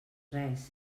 res